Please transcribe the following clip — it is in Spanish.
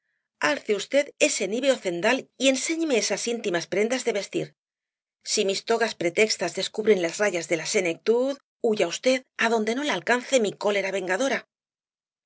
alce v ese níveo cendal y enséñeme esas íntimas prendas de vestir si mis togas pretextas descubren las rayas de la senectud huya v adonde no la alcance mi cólera vengadora